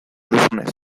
duzunez